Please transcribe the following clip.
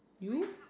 you